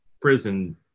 prison